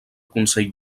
consell